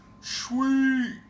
sweet